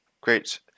great